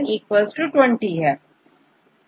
A B C यह10 2 होगा